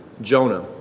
Jonah